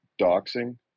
doxing